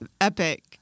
epic